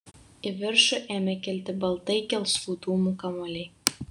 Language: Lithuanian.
į viršų ėmė kilti baltai gelsvų dūmų kamuoliai